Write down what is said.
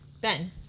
Ben